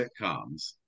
sitcoms